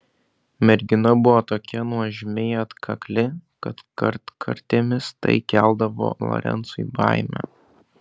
mergina buvo tokia nuožmiai atkakli kad kartkartėmis tai keldavo lorencui baimę